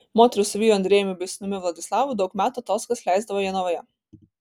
moteris su vyru andrejumi bei sūnumi vladislavu daug metų atostogas leisdavo jonavoje